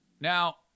now